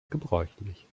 gebräuchlich